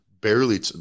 barely